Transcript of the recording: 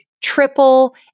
triple